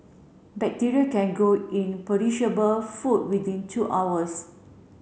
bacteria can grow in perishable food within two hours